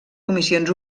comissions